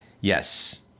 Yes